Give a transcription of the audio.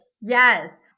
Yes